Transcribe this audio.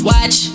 Watch